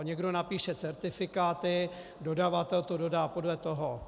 Někdo napíše certifikáty, dodavatel to dodá podle toho.